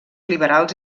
liberals